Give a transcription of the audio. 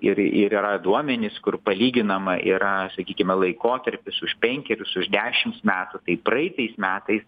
ir ir yra duomenys kur palyginama yra sakykime laikotarpis už penkerius už dešims metų tai praeitais metais